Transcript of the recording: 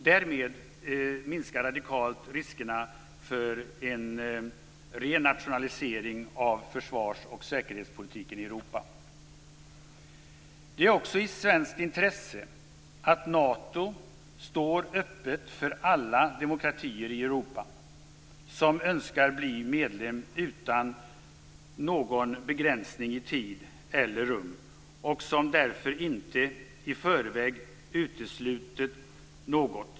Därmed minskar radikalt riskerna för en ren nationalisering av försvars och säkerhetspolitiken i Europa. Det ligger också i svenskt intresse att Nato står öppet för alla demokratier i Europa som önskar bli medlemmar utan någon begränsning i tid eller rum och därför inte i förväg utesluter något.